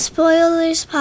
Spoilers